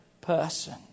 person